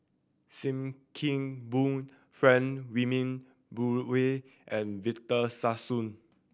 Sim Kee Boon Frank Wilmin Brewer and Victor Sassoon